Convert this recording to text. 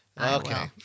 Okay